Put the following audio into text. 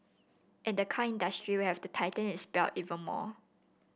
and the car industry will have to tighten its belt even more